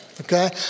Okay